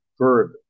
verb